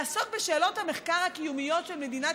לעסוק בשאלות המחקר הקיומיות של מדינת